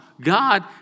God